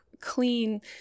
clean